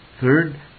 Third